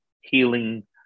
healing